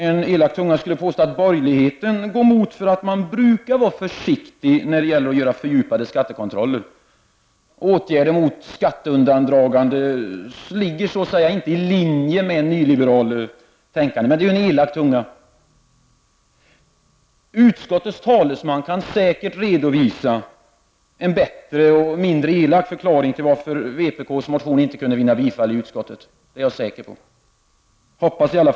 En elak tunga skulle påstå att borgerligheten går emot för att man brukar vara försiktig när det gäller att göra fördjupade skattekontroller — åtgärder mot skatteundandragande ligger så att säga inte i linje med nyliberalt tänkande. Men det är ju en elak tunga som skulle säga det. Utskottets talesman kan säkert redovisa en bättre och mindre elak förklaring till att vpk:s motion ej kunde vinna bifall i utskottet. I varje fall hoppas jag det.